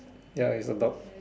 ya is a dog